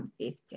150